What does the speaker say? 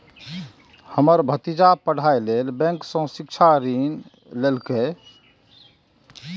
हमर भतीजा पढ़ाइ लेल बैंक सं शिक्षा ऋण लेलकैए